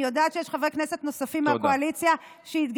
אני יודעת שיש חברי כנסת נוספים מהקואליציה שהתגייסו.